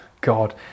god